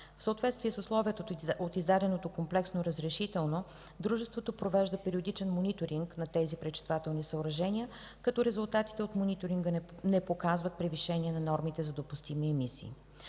В съответствие с условията от издаденото комплексно разрешително, дружеството провежда периодичен мониторинг на тези пречиствателни съоръжения, като резултатите от мониторинга не показват превишение на нормите за допустими емисии.